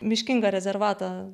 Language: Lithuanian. miškingą rezervatą